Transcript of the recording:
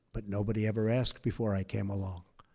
but nobody ever asked before i came along.